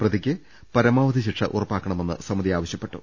പ്രതിയ്ക്ക് പരമാവധി ശിക്ഷ ഉറപ്പാക്കണമെന്ന് സമിതി ആവശ്യപ്പെട്ടു